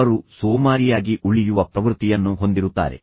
ಅವರು ಸೋಮಾರಿಯಾಗಿ ಉಳಿಯುವ ಪ್ರವೃತ್ತಿಯನ್ನು ಹೊಂದಿರುತ್ತಾರೆ